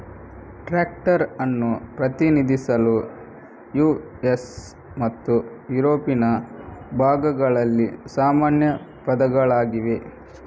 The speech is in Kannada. ಟ್ರಾಕ್ಟರ್ ಅನ್ನು ಪ್ರತಿನಿಧಿಸಲು ಯು.ಎಸ್ ಮತ್ತು ಯುರೋಪಿನ ಭಾಗಗಳಲ್ಲಿ ಸಾಮಾನ್ಯ ಪದಗಳಾಗಿವೆ